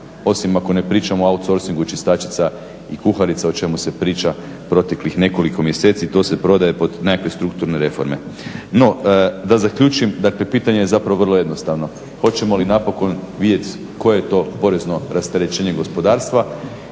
osim ako ne pričamo o outsourcingu i čistačica i kuharica o čemu se priča proteklih nekoliko mjeseci i to se prodaje pod nekakve strukturne reforme. No da zaključim, dakle pitanje je zapravo vrlo jednostavno. Hoćemo li napokon vidjeti koje je to porezno rasterećenje gospodarstva